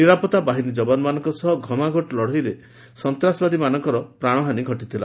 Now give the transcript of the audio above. ନିରାପତ୍ତା ବାହିନୀ ଯବାନମାନଙ୍କ ସହ ଘମାଘୋଟ ଲଢ଼େଇରେ ସନ୍ତାସବାଦୀମାନଙ୍କର ପାଣହାନୀ ଘଟିଥିଲା